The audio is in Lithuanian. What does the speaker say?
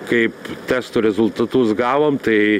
kaip testo rezultatus gavom tai